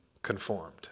conformed